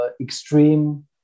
extreme